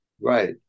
Right